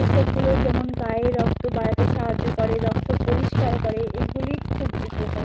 এইসবগুলো যেমন গায়ে রক্ত বাড়াতে সাহায্য করে রক্ত পরিষ্কার করে এগুলি খুব উপকার